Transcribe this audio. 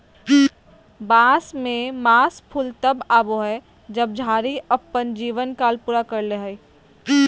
बांस में मास फूल तब आबो हइ जब झाड़ी अपन जीवन काल पूरा कर ले हइ